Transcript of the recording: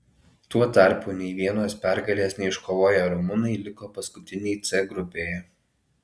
tuo tarpu nei vienos pergalės neiškovoję rumunai liko paskutiniai c grupėje